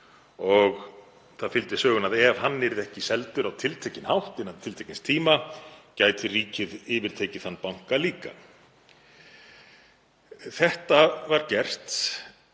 og það fylgdi sögunni að ef hann yrði ekki seldur á tiltekinn hátt innan tiltekins tíma gæti ríkið yfirtekið þann banka líka. Þetta var gert